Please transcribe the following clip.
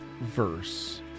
verse